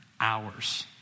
hours